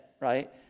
right